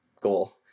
goal